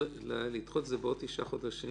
לדחות את זה בעוד תשעה חודשים,